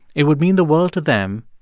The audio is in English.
it would mean the world to them.